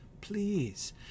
Please